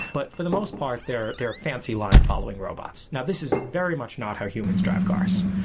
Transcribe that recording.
but for the most part, they're they're fancy line following robots now this is very much not how humans drive cars.